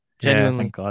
Genuinely